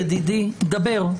ידידי, דבר.